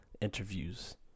interviews